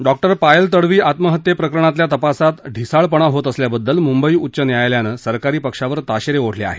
डॉ पायल तडवी आत्महत्येप्रकरणातल्या तपासात ढिसाळपणा होत असल्याबददल मुंबई उच्च न्यायालयानं सरकारी पक्षावर ताशेरे ओढले आहेत